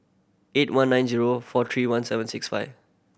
eight one nine zero four three one seven six five